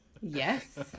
Yes